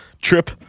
trip